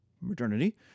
modernity